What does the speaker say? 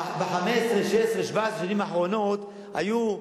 ב-15, 16, 17 השנים האחרונות, היו,